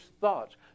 thoughts